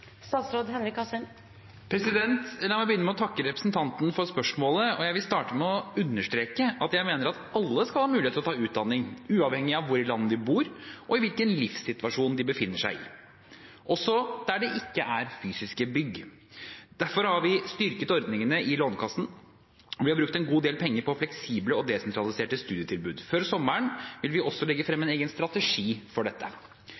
La meg begynne med å takke representanten for spørsmålet. Jeg vil starte med å understreke at jeg mener at alle skal ha mulighet til å ta utdanning uavhengig av hvor i landet de bor, og hvilken livssituasjon de befinner seg i, også der det ikke er fysiske bygg. Derfor har vi styrket ordningene i Lånekassen, og vi har brukt en god del penger på fleksible og desentraliserte studietilbud. Før sommeren vil vi også legge frem en egen strategi for dette.